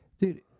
Dude